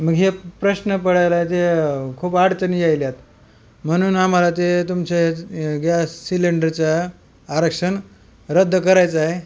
मग हे प्रश्न पडला आहे ते खूप अडचणी यायल्यात म्हणून आम्हाला ते तुमचे गॅस सिलेंडरचं आरक्षण रद्द करायचं आहे